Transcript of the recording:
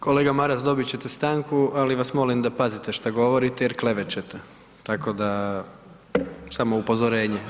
Kolega Maras, dobit ćete stanku, ali vas molim da pazite što govorite jer klevećete, tako da, samo upozorenje.